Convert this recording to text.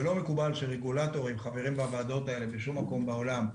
זה לא מקובל שרגולטורים חברים בוועדות האלה בשום מקום בעולם.